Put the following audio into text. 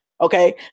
okay